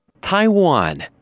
Taiwan